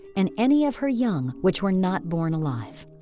and any of her young which were not born alive.